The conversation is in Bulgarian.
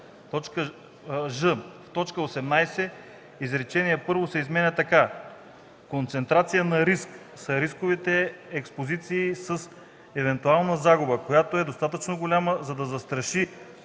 в т. 18 изречение първо се изменя така: „Концентрация на риск” са рисковите експозиции с евентуална загуба, която е достатъчно голяма, за да застраши